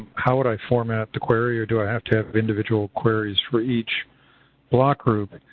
how would i format the query or do i have to have individual queries for each block group?